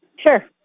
Sure